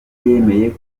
yemeye